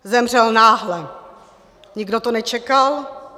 Zemřel náhle, nikdo to nečekal.